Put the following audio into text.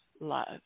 love